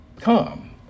come